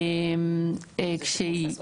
בנוסף,